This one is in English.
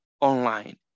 online